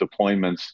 deployments